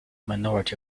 minority